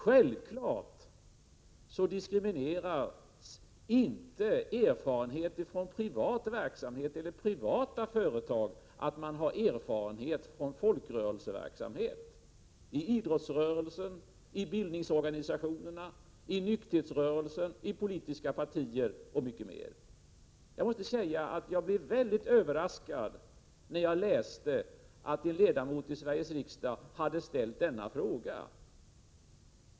Självfallet diskrimineras inte erfarenhet från privat verksamhet eller privata företag av att man har erfarenhet från folkrörelse — i idrottsrörelsen, i bildningsorganisationerna, i nykterhetsrörelsen, i politiska partier och i många andra folkrörelser. Jag måste erkänna att jag blev mycket överraskad när jag läste att en ledamot av Sveriges riksdag hade ställt denna fråga.